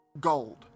gold